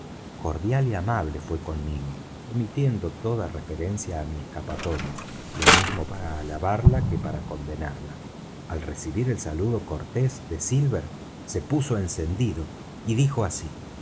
cordial y amable fué conmigo omitiendo toda referencia á mi escapatoria lo mismo para alabarla que para condenarla al recibir el saludo cortés de silver se puso encendido y dijo así